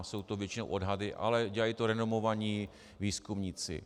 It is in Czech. Jsou to většinou odhady, ale dělají to renomovaní výzkumníci.